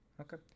Okay